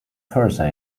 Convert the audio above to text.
further